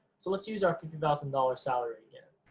so, let's use our fifty thousand dollars salary again.